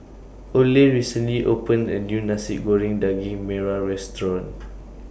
Oley recently opened A New Nasi Goreng Daging Merah Restaurant